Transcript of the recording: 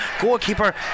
goalkeeper